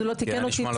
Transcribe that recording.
אז הוא לא תיקן אותי,